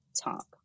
talk